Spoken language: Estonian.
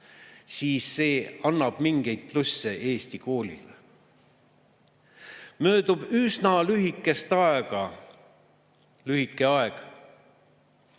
siis see annab mingeid plusse eesti koolile. Möödub üsna lühike aeg, ja see